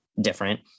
different